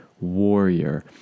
warrior